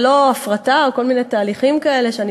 ולא הפרטה או כל מיני תהליכים כאלה שאני